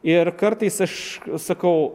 ir kartais aš sakau